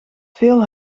veel